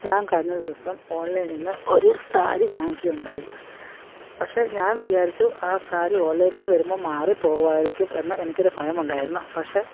ഞാന് കഴിഞ്ഞ ദിവസം ഓണ്ലൈനിൽ നിന്ന് ഒരു സാരി വാങ്ങിക്കുകയുണ്ടായി പക്ഷേ ഞാന് വിചാരിച്ചു ആ സാരി ഓലയിൽ നിന്ന് വരുമ്പോൾ മാറിപ്പോകുമായിരിക്കും എന്ന് എനിക്കൊരു ഭയമുണ്ടായിരുന്നു പക്ഷേ